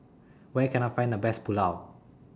Where Can I Find The Best Pulao